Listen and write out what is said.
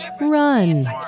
run